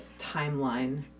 timeline